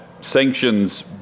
sanctions